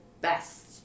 best